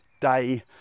day